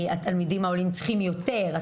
אם התלמידים העולים צריכים יותר,